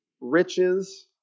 riches